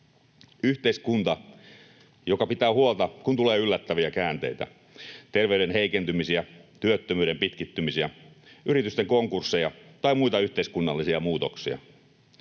yhteiskuntaa, joka pitää huolta, kun tulee yllättäviä käänteitä, terveyden heikentymisiä, työttömyyden pitkittymisiä, yritysten konkursseja tai muita yhteiskunnallisia muutoksia.